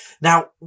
now